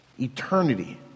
eternity